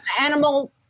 animal